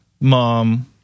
mom